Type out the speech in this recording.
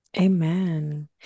Amen